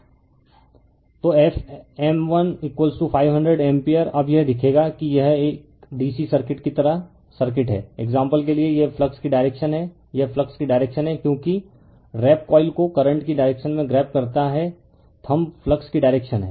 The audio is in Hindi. रिफर स्लाइड टाइम 1243 तो f m1500 एम्पीयर अब यह दिखेगा कि यह एक डीसी सर्किट की तरह सर्किट है एक्साम्पल के लिए यह फ्लक्स की डायरेक्शन है यह फ्लक्स की डायरेक्शन है क्योंकि व्रैप कॉइल को करंट की डायरेक्शन में ग्रैब करता है थंब फ्लक्स की डायरेक्शन है